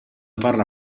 parla